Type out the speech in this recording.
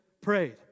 prayed